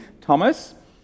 Thomas